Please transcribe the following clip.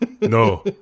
No